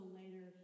later